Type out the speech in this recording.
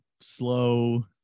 slow